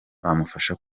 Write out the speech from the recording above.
bamufasha